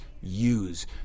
use